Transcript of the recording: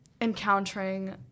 encountering